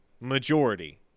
majority